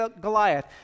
Goliath